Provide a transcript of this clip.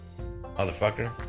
motherfucker